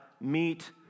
meet